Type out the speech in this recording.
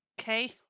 Okay